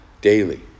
daily